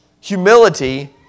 Humility